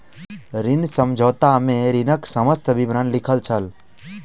ऋण समझौता में ऋणक समस्त विवरण लिखल छल